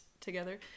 together